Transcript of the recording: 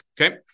Okay